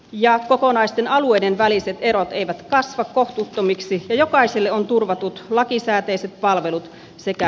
ja kokonaisten alueiden väliset erot eivät kasva kohtuuttomiksi ja jokaiselle turvatut lakisääteiset palvelut sekä